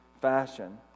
fashion